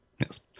Yes